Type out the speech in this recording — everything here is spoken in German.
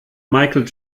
michael